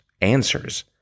answers